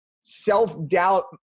self-doubt